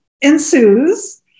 ensues